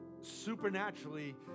supernaturally